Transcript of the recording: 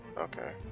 okay